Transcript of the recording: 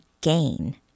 gain